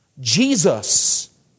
Jesus